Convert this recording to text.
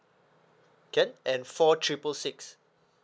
can and four triple six